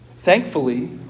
Thankfully